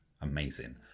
amazing